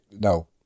No